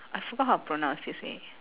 I forgot how to pronounce excuse me